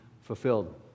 fulfilled